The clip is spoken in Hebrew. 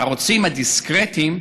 הערוצים הדיסקרטיים,